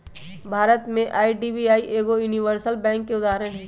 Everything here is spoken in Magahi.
भारत में आई.डी.बी.आई एगो यूनिवर्सल बैंक के उदाहरण हइ